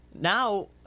Now